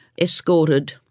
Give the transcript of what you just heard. escorted